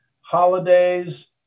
holidays